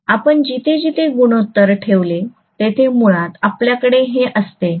आपण जिथे जिथे गुणोत्तर ठेवले तेथे मुळात आपल्याकडे हे असते